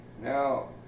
now